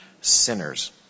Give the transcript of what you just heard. sinners